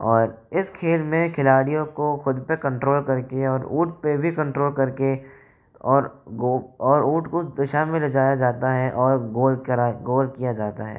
है और इस खेल में खिलाड़ियों को खुद पे कंट्रोल करके और ऊट पे भी कंट्रोल कर के और गो और ऊंट को दिशा में ले जाया जाता है और गोल करा गोल किया जाता है